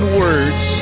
words